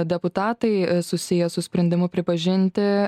deputatai susiję su sprendimu pripažinti